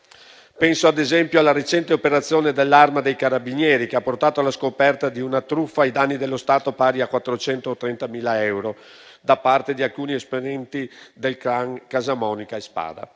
Penso ad esempio alla recente operazione dell'Arma dei carabinieri, che ha portato alla scoperta di una truffa ai danni dello stato pari a 430.000 euro da parte di alcuni esponenti dei *clan* Casamonica e Spada.